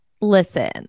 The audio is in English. listen